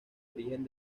origen